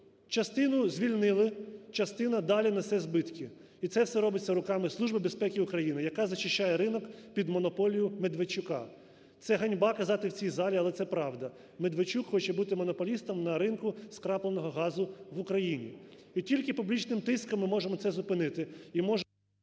Частину звільнили, частина далі несе збитки і це все робиться руками Служби безпеки України, яка зачищає ринок під монополію Медведчука. Це ганьба казати в цій залі, але це правда, Медведчук хоче бути монополістом на ринку скрапленого газу в Україні. І тільки публічним тиском ми можемо це зупинити